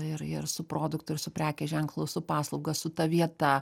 ir ir su produktu ir su prekės ženklu su paslauga su ta vieta